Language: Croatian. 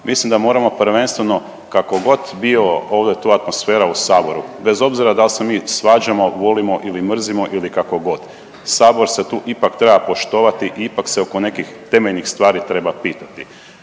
Mislim da moramo prvenstveno kakogod bio ovdje tu atmosfera u Saboru, bez obzira dal se mi svađamo, volimo ili mrzimo ili kakogod Sabor se tu ipak treba poštovati i ipak se oko nekih temeljnih stvari treba pitati.